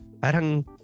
Parang